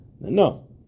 no